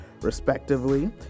respectively